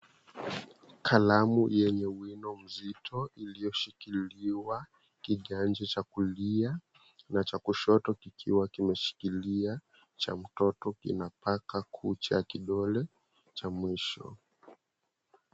Kalamu yenye wino mzito iliyoshikiliwa kiganja cha kulia na cha kushoto kikiwa kimeshikilia cha mtoto kinapaka kucha kidole cha mwisho.